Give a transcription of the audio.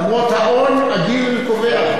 למרות האון, הגיל קובע.